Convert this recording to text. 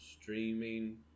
streaming